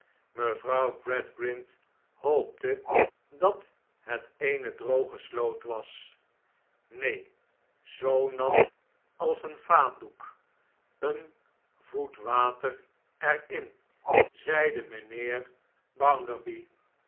mevrouw gradgrind hoopte dat het eene droge sloot was neen zoo nat als een vaatdoek een voet water er in zeide mijnheer